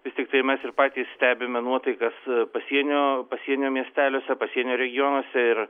vis tiktai mes ir patys stebime nuotaikas pasienio pasienio miesteliuose pasienio regionuose ir